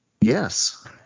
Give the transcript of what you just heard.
Yes